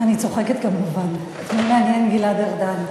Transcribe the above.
אני צוחקת כמובן, את מי מעניין גלעד ארדן?